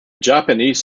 japanese